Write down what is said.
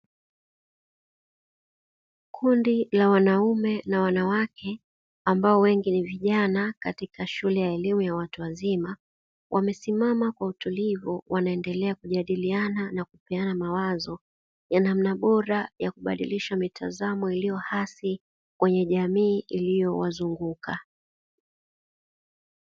Kundi la wanaume na wanawake ambao wengi ni vijana katika shule ya elimu ya watu wazima, wamesimama kwa utulivi wanaendelea kujadiliana na kupeana mawazo ya namna bora ya kubadilisha mitazamo iliyo hasi kwenye jamii iliyo wazunguka.